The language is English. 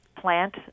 plant